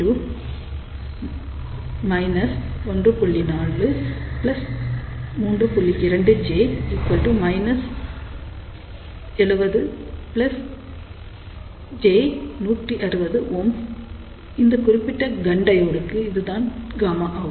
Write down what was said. இந்தக் குறிப்பிட்ட கண் டயோடு க்கு இது தான் Γout